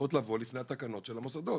צריכות לבוא לפני התקנות של המוסדות.